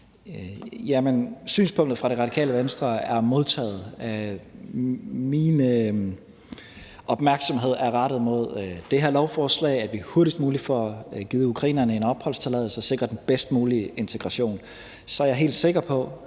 synspunktet fra Radikale Venstre er modtaget. Min opmærksomhed er rettet mod det her lovforslag, at vi hurtigst muligt får givet ukrainerne en opholdstilladelse og sikret den bedst mulige integration. Og så er jeg helt sikker på,